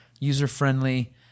user-friendly